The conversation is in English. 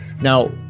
Now